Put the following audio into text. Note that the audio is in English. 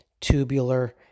tubular